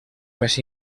més